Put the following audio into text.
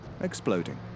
exploding